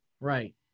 Right